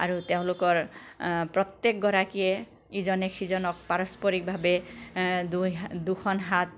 আৰু তেওঁলোকৰ প্ৰত্যেকগৰাকীয়ে ইজনে সিজনক পাৰস্পৰিক ভাৱে দুই হা দুখন হাত